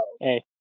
Hey